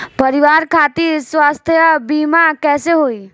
परिवार खातिर स्वास्थ्य बीमा कैसे होई?